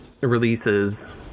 releases